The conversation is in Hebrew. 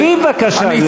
שבי, בבקשה, גברתי.